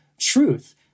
truth